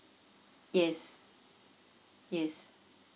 yes yes